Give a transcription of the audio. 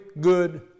good